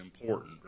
important